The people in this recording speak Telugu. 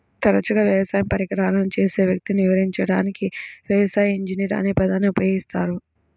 తరచుగా వ్యవసాయ పరికరాలను చేసే వ్యక్తిని వివరించడానికి వ్యవసాయ ఇంజనీర్ అనే పదాన్ని ఉపయోగిస్తారు